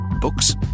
Books